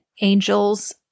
Angel's –